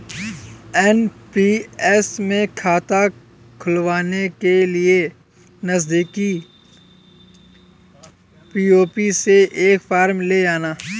NPS में खाता खुलवाने के लिए नजदीकी पी.ओ.पी से एक फॉर्म ले आना